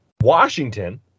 Washington